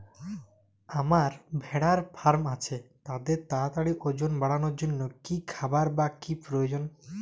আমার ভেড়ার ফার্ম আছে তাদের তাড়াতাড়ি ওজন বাড়ানোর জন্য কী খাবার বা কী প্রয়োজন?